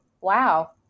Wow